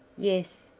yes,